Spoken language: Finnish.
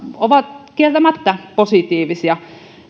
ovat kieltämättä positiivisia